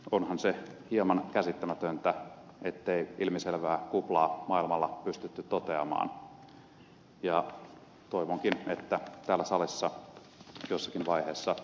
onhan se hieman käsittämätöntä ettei ilmiselvää kuplaa maailmalla pystytty toteamaan ja toivonkin että täällä salissa jossakin vaiheessa tähän asiaan puututaan